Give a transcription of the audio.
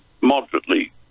moderately